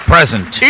Present